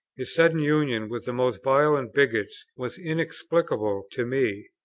his sudden union with the most violent bigots was inexplicable to me.